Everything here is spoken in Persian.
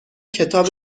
کتاب